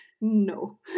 No